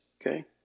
okay